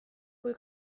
kui